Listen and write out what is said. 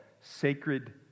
sacred